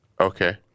Okay